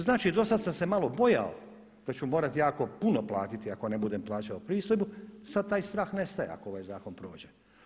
Znači dosad sam se malo bojao da ću morati jako puno platit iako ne budem plaćao pristojbu, sad taj strah nestaje ako ovaj zakon prođe.